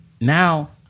Now